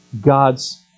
God's